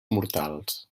mortals